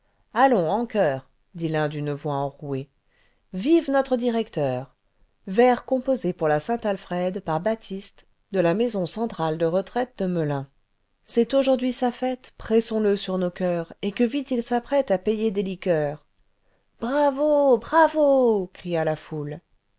allons en choeur dit l'un d'une voix enrouée vive notre directeur vers composés pour la saint alfred par baptiste de la maison centrale de retraite de melun c'est aujourd'hui sa fête pressons le sur nos coeurs et que vite il s'apprête a payer des liqueurs le vingtième siècle bravo bravo cria la foule